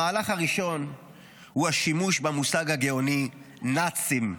המהלך הראשון הוא השימוש במושג הגאוני "נאצים",